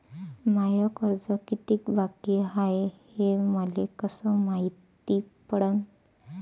माय कर्ज कितीक बाकी हाय, हे मले कस मायती पडन?